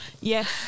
Yes